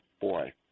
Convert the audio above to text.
boy